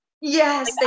Yes